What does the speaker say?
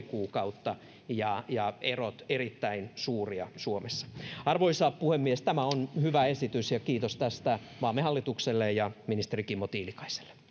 kuukautta ja ja erot erittäin suuria suomessa arvoisa puhemies tämä on hyvä esitys ja kiitos tästä maamme hallitukselle ja ministeri kimmo tiilikaiselle